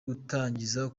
gutangiza